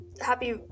Happy